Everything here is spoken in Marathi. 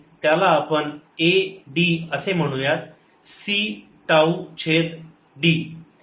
त्याला आपण a d असे म्हणूयात c टाऊ छेद d